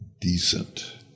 decent